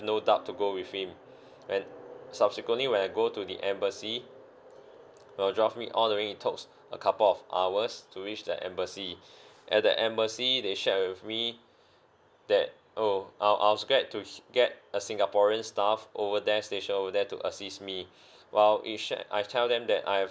no doubt to go with him and subsequently when I go to the embassy he drove me all the way it took a couple of hours to reach the embassy at the embassy they shared with me that oh I I was glad to get a singaporean staff over there stationed over there to assist me while it sh~ I tell them that I have